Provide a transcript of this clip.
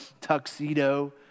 tuxedo